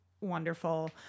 wonderful